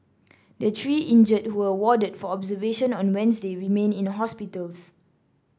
the three injured who were warded for observation on Wednesday remain in hospitals